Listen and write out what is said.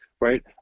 right